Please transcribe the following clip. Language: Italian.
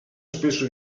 spesso